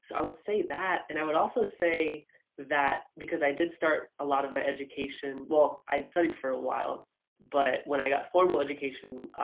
so i would say that and i would also say that because i did start a lot of my education, well i studied for a while but when i got formal education,